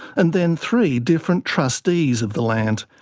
and then three different trustees of the land.